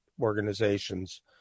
organizations